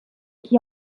qui